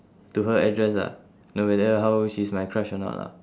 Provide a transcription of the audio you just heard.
to her address ah no matter how she's my crush or not lah